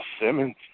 Simmons